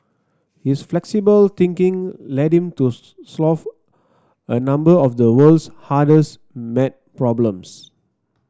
his flexible thinking led him to solve a number of the world's hardest maths problems